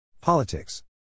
Politics